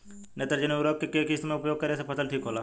नेत्रजनीय उर्वरक के केय किस्त मे उपयोग करे से फसल ठीक होला?